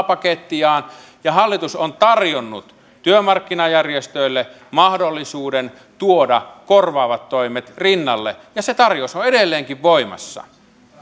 pakettiaan ja hallitus on tarjonnut työmarkkinajärjestöille mahdollisuuden tuoda korvaavat toimet rinnalle ja se tarjous on on edelleenkin voimassa arvoisa